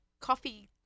coffee